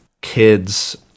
kids